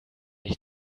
ich